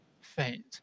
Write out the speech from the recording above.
Faint